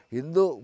Hindu